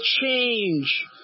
change